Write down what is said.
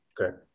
Okay